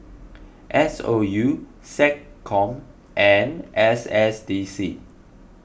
S O U SecCom and S S D C